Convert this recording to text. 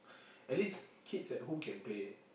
at least kids at home can play